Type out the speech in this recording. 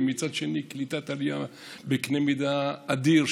ומצד שני עם קליטת עלייה בקנה מידה אדיר,